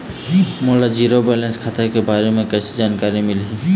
मोला zero balance खाता के बारे म कैसे जानकारी मिलही?